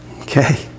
Okay